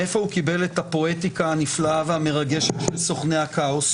מאיפה הוא קיבל את הפואטיקה הנפלאה והמרגשת של סוכני הכאוס?